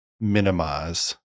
minimize